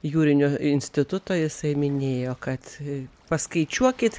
jūrinio instituto jisai minėjo kad paskaičiuokit